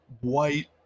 white